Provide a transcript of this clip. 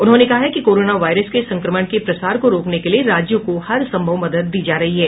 उन्होंने कहा है कि कोरोना वायरस के संक्रमण के प्रसार को रोकने के लिए राज्यों को हर सम्भव मदद दी जा रही है